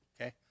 okay